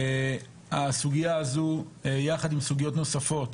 הסוגיה הזאת יחד עם סוגיות נוספות